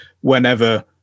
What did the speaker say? whenever